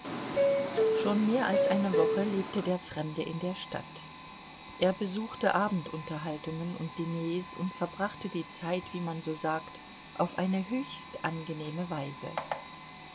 schon mehr als eine woche lebte der fremde in der stadt er besuchte abendunterhaltungen und diners und verbrachte die zeit wie man so sagt auf eine höchst angenehme weise